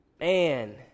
Man